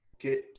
get